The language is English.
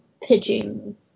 pitching